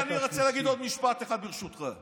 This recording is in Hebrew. אני רוצה להגיד עוד משפט אחד, ברשותך.